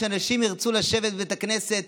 כשאנשים ירצו לשבת בבית הכנסת,